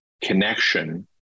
connection